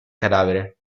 cadavere